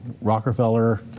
Rockefeller